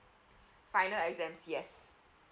final exams yes